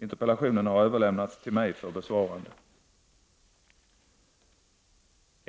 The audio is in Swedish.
Interpellationen har överlämnats till mig för besvarande.